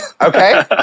Okay